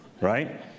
right